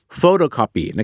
photocopy